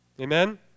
Amen